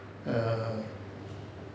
err